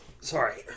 sorry